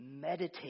meditate